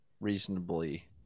reasonably